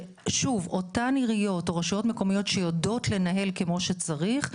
שאותן עיריות או רשויות מקומיות שיודעות לנהל כמו שצריך,